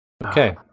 Okay